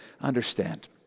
understand